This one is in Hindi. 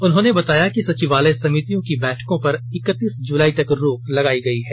उन्होंने बताया कि सचिवालय समितियों की बैठकें पर इकतीस जुलाई तक रोक लगाई गई है